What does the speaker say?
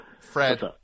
Fred